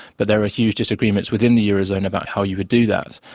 but there are huge disagreements within the eurozone about how you would do that.